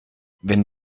wenn